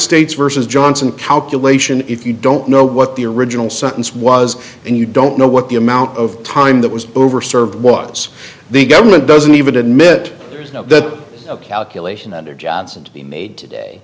states versus johnson calculation if you don't know what the original sentence was and you don't know what the amount of time that was over served was the government doesn't even admit that a calculation that their jobs and he made today